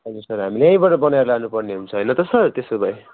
हजुर सर हामी यहीँबाट बनाएर लानु पर्ने हुन्छ होइन त सर त्यसो भए